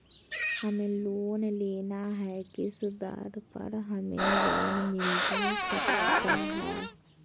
हमें लोन लेना है किस दर पर हमें लोन मिलता सकता है?